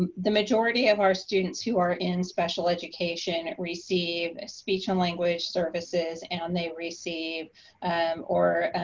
ah the majority of our students who are in special education receive speech and language services and they receive or